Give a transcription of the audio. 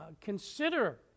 consider